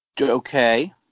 okay